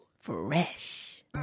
Fresh